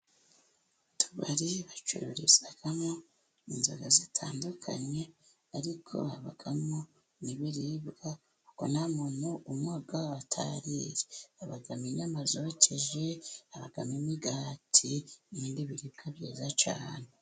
Utubari bacururizamo inzoga zitandukanye, ariko habamo n'ibiribwa kuko nta muntu unywa atariye, habamo inyama zokeje, habamo imigati n'ibindi biribwa byiza cyane.